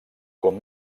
com